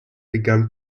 begun